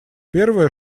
первое